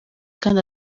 kandi